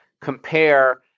compare